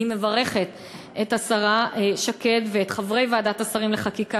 אני מברכת את השרה שקד ואת חברי ועדת השרים לחקיקה